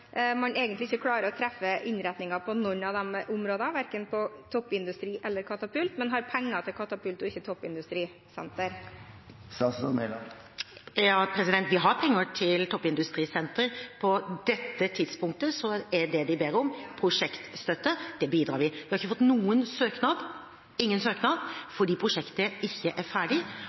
man egentlig ikke klarer å treffe innretningen på noen av de områdene, verken på toppindustri eller katapult, men har penger til katapult og ikke toppindustrisenter? Statsråd Monica Mæland [10:44:07]: Vi har penger til toppindustrisenter. På dette tidspunktet er det de ber om, prosjektstøtte. Der bidrar vi. Vi har ikke fått noen søknad, ingen søknad, fordi prosjektet ikke er ferdig,